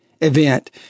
event